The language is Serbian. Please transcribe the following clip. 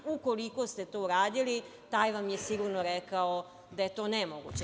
Ukoliko ste to uradili taj vam je sigurno rekao da je to nemoguće.